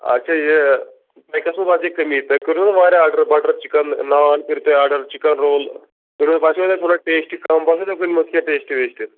اچھا یہِ باسیٚو کٔمی تۄہہِ کوٚروُ واریاہ آرڈَر بَٹَر چِکَن نان کٔرۍ تۄہہِ آرڈَر چِکَن رول تۄہہِ باسیٚو تھوڑا ٹیسٹ کَم باسیٚو ژےٚ کُنہِ منٛز کم کیٚنٛہہ ٹیسٹ